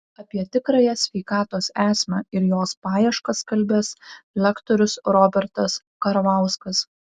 apie tikrąją sveikatos esmę ir jos paieškas kalbės lektorius robertas karvauskas